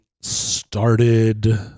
started